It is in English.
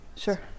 Sure